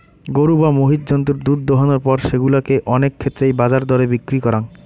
গরু বা মহিষ জন্তুর দুধ দোহানোর পর সেগুলা কে অনেক ক্ষেত্রেই বাজার দরে বিক্রি করাং